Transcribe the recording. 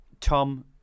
Tom